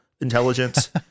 Intelligence